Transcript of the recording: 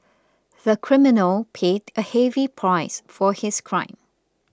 the criminal paid a heavy price for his crime